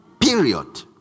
Period